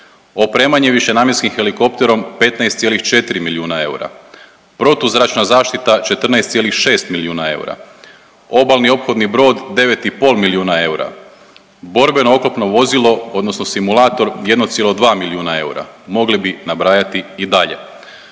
opremanje višenamjenskim helikopterom 15,4 milijuna eura, protuzračna zaštita 14,6 milijuna eura, obalni ophodni brod 9,5 milijuna eura, borbeno oklopno vozilo odnosno simulator 1,2 milijuna eura, mogli bi nabrajati i dalje.